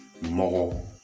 more